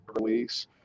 release